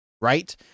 right